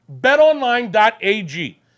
betonline.ag